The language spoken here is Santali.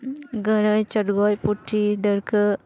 ᱜᱟᱹᱲᱟᱹᱭ ᱪᱚᱲᱜᱚᱪ ᱯᱩᱴᱷᱤ ᱰᱟᱹᱲᱠᱟᱹ